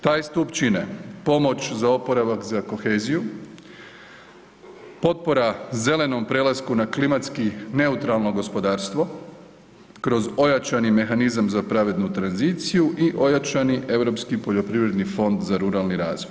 Taj stup čine, pomoć za oporavak za koheziju, potpora zelenom prelasku na klimatski neutralno gospodarstvo kroz ojačani mehanizam za pravednu tranziciju i ojačani Europski poljoprivredni fond za ruralni razvoj.